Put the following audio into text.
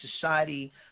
society